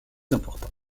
important